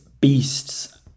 beasts